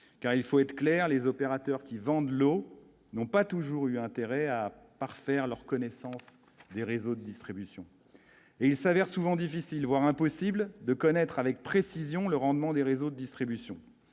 car il faut être clair : les opérateurs qui vendent l'eau n'ont pas toujours eu intérêt à parfaire leur connaissance des réseaux de distribution, et il s'avère souvent difficile, voire impossible de connaître avec précision le rendement des réseaux de distribution